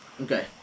Okay